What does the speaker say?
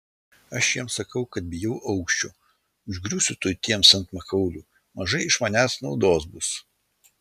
aš jiems sakau kad bijau aukščio užgriūsiu tuoj tiems ant makaulių mažai iš manęs naudos bus